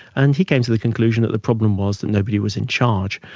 and he came to the conclusion that the problem was that nobody was in charge.